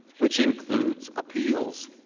which includes appeals,